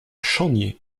champniers